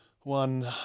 one